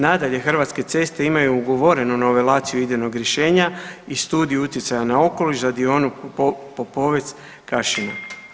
Nadalje Hrvatske ceste imaju ugovorenu nivelaciju idejnog rješenja i Studiju utjecaja na okoliš za dionicu Popovec – Kašina.